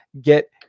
get